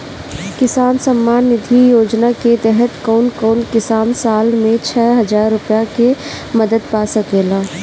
किसान सम्मान निधि योजना के तहत कउन कउन किसान साल में छह हजार रूपया के मदद पा सकेला?